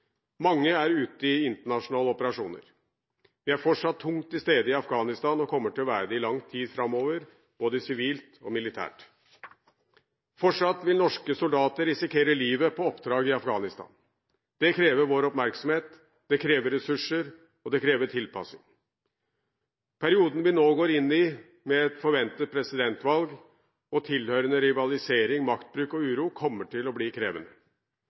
Mange er ute i internasjonale operasjoner. Vi er fortsatt tungt til stede i Afghanistan og kommer til å være det i lang tid framover, både sivilt og militært. Fortsatt vil norske soldater risikere livet på oppdrag i Afghanistan. Det krever vår oppmerksomhet, det krever ressurser, og det krever tilpasning. Perioden vi nå går inn i, med et forventet presidentvalg i Afghanistan og tilhørende rivalisering, maktbruk og uro, kommer til å bli krevende.